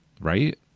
right